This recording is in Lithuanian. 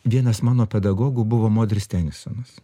vienas mano pedagogų buvo modris tenisonas